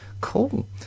Cool